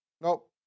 Nope